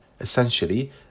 Essentially